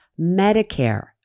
Medicare